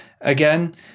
Again